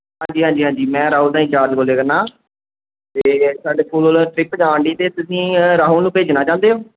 ਹਾਂਜੀ ਹਾਂਜੀ ਹਾਂਜੀ ਮੈਂ ਰਾਹੁਲ ਦਾ ਇੰਚਾਰਜ ਬੋਲਿਆ ਕਰਨਾ ਅਤੇ ਸਾਡੇ ਸਕੂਲ ਵੱਲੋਂ ਟਰਿੱਪ ਜਾਣਡੀ ਅਤੇ ਤੁਸੀਂ ਰਾਹੁਲ ਨੂੰ ਭੇਜਣਾ ਚਾਹੁੰਦੇ ਹੋ